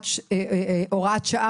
הכנסה ותשלום מזונות עבור הורה עצמאי.